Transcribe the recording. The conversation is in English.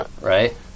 right